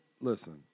Listen